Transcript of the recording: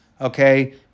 okay